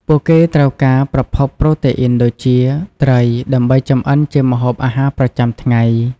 ពួកគេត្រូវការប្រភពប្រូតេអ៊ីនដូចជាត្រីដើម្បីចម្អិនជាម្ហូបអាហារប្រចាំថ្ងៃ។